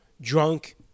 drunk